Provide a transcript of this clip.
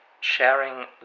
sharing